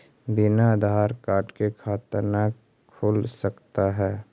बिना आधार कार्ड के खाता न खुल सकता है?